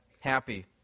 happy